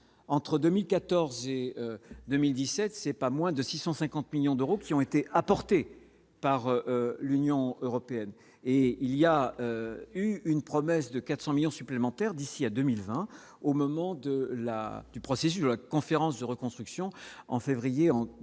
entre 2014 et 2017 c'est pas moins de 650 millions d'euros qui ont été apportées par l'Union européenne et il y a eu une promesse de 400 millions supplémentaires d'ici à 2020, au moment de la du processus de la conférence de reconstruction en février en